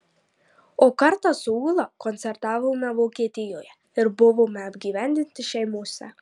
o kartą su ūla koncertavome vokietijoje ir buvome apgyvendinti šeimose